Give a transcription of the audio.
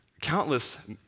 countless